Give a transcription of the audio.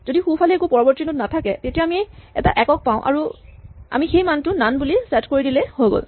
যদি সোঁফালে একো পৰৱৰ্তী নড নাথাকে তেতিয়া আমি এটা একক পাওঁ আৰু আমি মানটো নন বুলি ছেট কৰি দিলেই হৈ গ'ল